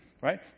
Right